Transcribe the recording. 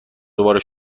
دوباره